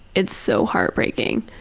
it's so heartbreaking.